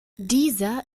dieser